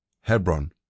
Hebron